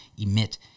emit